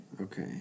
Okay